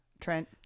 Trent